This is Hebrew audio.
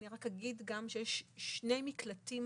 אני רק אגיד גם שיש שני מקלטים,